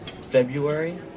February